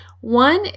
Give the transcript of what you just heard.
One